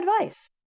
advice